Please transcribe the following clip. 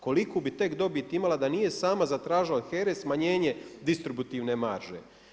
Koliku bi tek dobit imala da nije sama zatražila od HERA-e smanjenje distributivne marže.